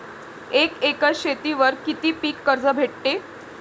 एक एकर शेतीवर किती पीक कर्ज भेटते?